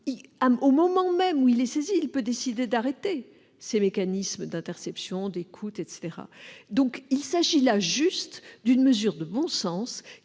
au moment même où il est saisi, peut décider d'arrêter ces mécanismes d'interception ou d'écoute. Il s'agit là d'une mesure de bon sens